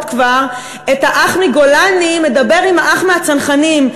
כבר את האח מגולני מדבר עם האח מהצנחנים.